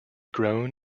grown